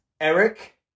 Eric